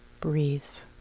breathes